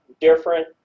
different